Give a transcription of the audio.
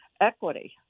equity